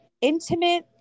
intimate